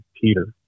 Peter